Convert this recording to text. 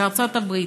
בארצות הברית.